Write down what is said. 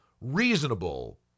reasonable